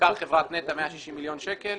בעיקר חברת נטע עם 160 מיליון שקלים.